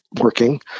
working